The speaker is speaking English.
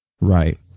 Right